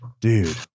dude